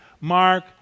Mark